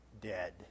dead